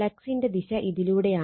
ഫ്ളക്സിന്റെ ദിശ ഇതിലൂടെയാണ്